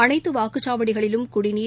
அனைத்து வாக்குச்சாவடிகளிலும் குடிப்ர்